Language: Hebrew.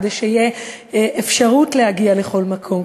כדי שתהיה אפשרות להגיע לכל מקום,